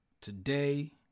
today